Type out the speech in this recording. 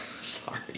Sorry